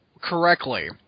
correctly